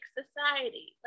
society